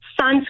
Sunscreen